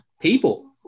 People